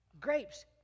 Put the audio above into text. Grapes